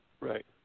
right